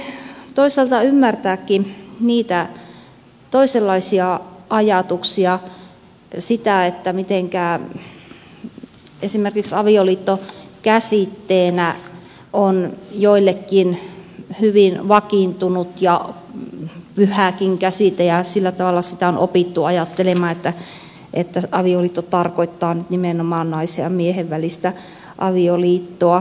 voin toisaalta ymmärtääkin niitä toisenlaisia ajatuksia sitä miten esimerkiksi avioliitto käsitteenä on joillekin hyvin vakiintunut ja pyhäkin ja sillä tavalla sitä on opittu ajattelemaan että avioliitto tarkoittaa nyt nimenomaan naisen ja miehen välistä avioliittoa